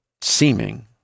seeming